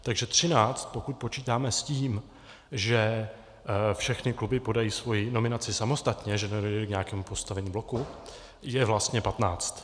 Takže třináct, pokud počítáme s tím, že všechny kluby podají svoji nominaci samostatně, že nedojde k nějakému postavení bloku, je vlastně patnáct.